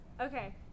Okay